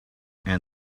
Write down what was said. and